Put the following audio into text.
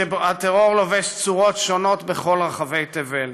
הטרור לובש צורות שונות בכל רחבי תבל